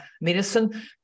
medicine